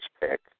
pick